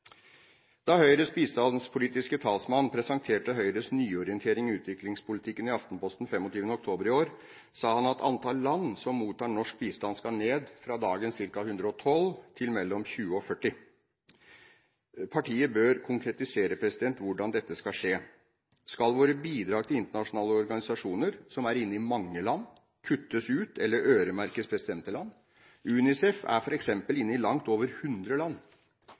Da Høyres bistandspolitiske talsmann presenterte Høyres nyorientering i utviklingspolitikken i Aftenposten 25. oktober i år, sa han at antall land som mottar norsk bistand, skal ned fra dagens ca. 112 til mellom 20 og 40. Partiet bør konkretisere hvordan dette skal skje. Skal våre bidrag til internasjonale organisasjoner, som er inne i mange land, kuttes ut eller øremerkes bestemte land? UNICEF er f.eks. inne i langt over 100 land.